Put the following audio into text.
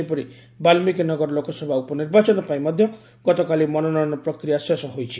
ସେହିପରି ବାଲ୍ମିକୀନଗର ଲୋକସଭା ଉପନିର୍ବାଚନ ପାଇଁ ମଧ୍ୟ ଗତକାଲି ମନୋନୟନ ପ୍ରକ୍ରିୟା ଶେଷ ହୋଇଛି